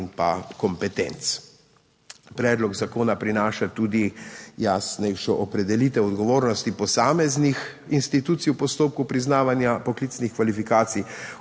in pa kompetenc. Predlog zakona prinaša tudi jasnejšo opredelitev odgovornosti posameznih institucij v postopku priznavanja poklicnih kvalifikacij.